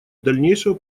дальнейшего